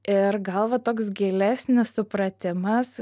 ir gal va toks gilesnis supratimas